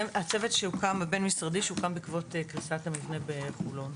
הצוות הבין-משרדי שהוקם בעקבות קריסת המבנה בחולון.